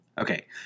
Okay